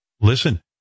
Listen